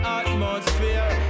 atmosphere